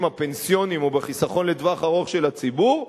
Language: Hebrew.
הפנסיוניים או בחיסכון לטווח ארוך של הציבור,